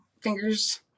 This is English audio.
fingers